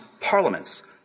parliaments